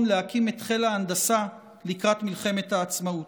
להקים את חיל ההנדסה לקראת מלחמת העצמאות.